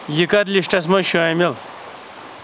یِہ کر لسٹس منٛز شٲمل